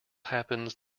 happens